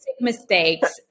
mistakes